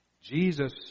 Jesus